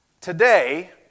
today